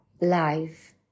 life